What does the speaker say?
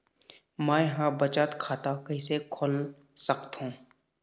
मै ह बचत खाता कइसे खोल सकथों?